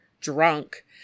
drunk